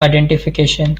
identification